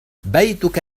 بيتك